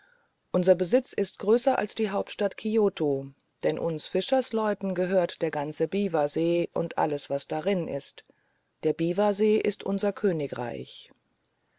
unser besitz ist größer als die hauptstadt kioto denn uns fischersleuten gehört der ganze biwasee und alles was darin ist der biwasee ist unser königreich